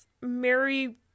Mary